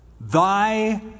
Thy